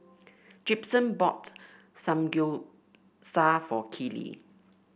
Gibson bought Samgeyopsal for Keely